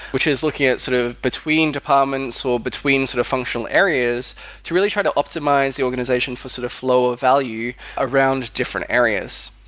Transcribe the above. which is looking at sort of student between departments or between sort of functional areas to really try to optimize the organization for sort of lower value around different areas.